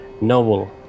noble